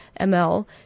ML